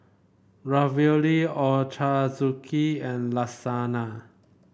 Ravioli Ochazuke and Lasagna